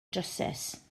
drywsus